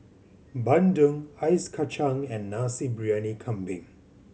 bandung ice kacang and Nasi Briyani Kambing